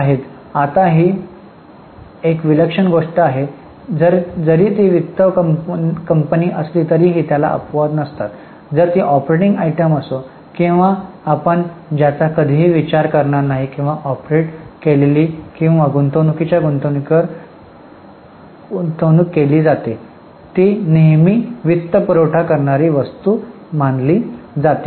आता ही एक विलक्षण गोष्ट आहे जरी ती वित्त कंपनी असली तरीही त्याला अपवाद नसतात जरी ती ऑपरेटिंग आयटम असो किंवा आपण ज्याचा कधीही विचार करणार नाही किंवा ऑपरेट केलेली किंवा गुंतवणूकीच्या गुंतवणूकीवर गुंतवणूक केली जाते ती नेहमी वित्तपुरवठा करणारी वस्तू मानली जाते